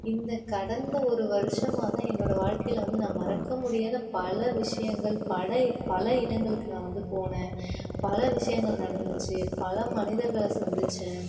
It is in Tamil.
இந்த கடந்த ஒரு வருடமாதான் என்னோடய வாழ்க்கையில் வந்து நான் மறக்க முடியாத பல விஷயங்கள் படை பல இடங்களுக்கு நான் வந்து போனேன் பல விஷயங்கள் நடந்திச்சு பல மனிதர்களை சந்திச்சேன்